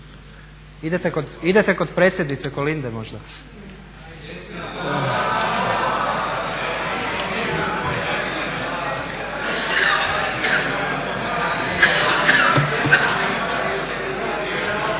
idete kod predsjednice Kolinde možda?